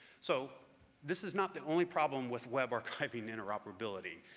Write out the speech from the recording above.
so this is not the only problem with web archiving interoperability,